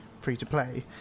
free-to-play